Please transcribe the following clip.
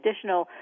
additional